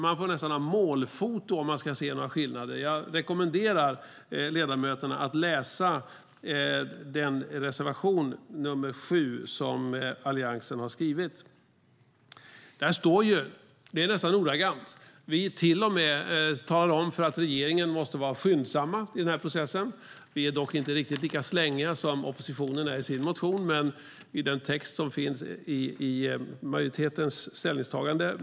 Man får nästan ha målfoto om man ska se några skillnader. Jag rekommenderar ledamöterna att läsa den reservation, nr 7, som Alliansen har skrivit. Där står det. Det är nästan ordagrant. Vi talar till och med om att regeringen måste vara skyndsam i den här processen. Vi är dock inte riktigt lika slängiga som oppositionen är i sin motion i den text som finns i majoritetens ställningstagande.